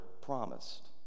promised